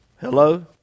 Hello